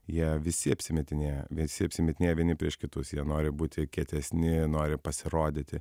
jie visi apsimetinėja visi apsimetinėja vieni prieš kitus jie nori būti kietesni nori pasirodyti